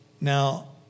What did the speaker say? Now